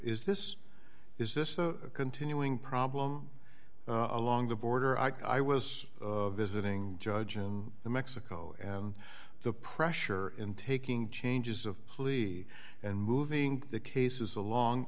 is this is this a continuing problem along the border i was visiting judge him in mexico and the pressure in taking changes of plea and moving the cases along